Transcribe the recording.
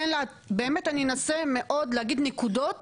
ואני אנסה מאוד להגיד נקודות